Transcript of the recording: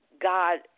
God